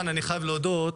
אני חייב להודות,